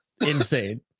insane